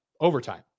overtime